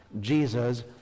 Jesus